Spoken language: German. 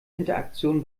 interaktion